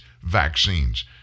vaccines